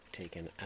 taken